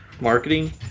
marketing